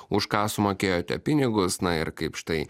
už ką sumokėjote pinigus na ir kaip štai